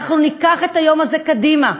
אנחנו ניקח את היום הזה קדימה,